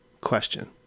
question